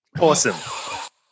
Awesome